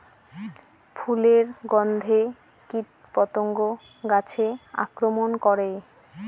ফুলের গণ্ধে কীটপতঙ্গ গাছে আক্রমণ করে?